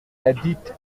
ladite